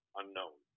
unknown